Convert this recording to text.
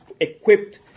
equipped